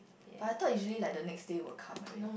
but I thought usually like the next day will come already